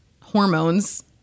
hormones